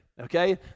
okay